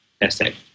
essay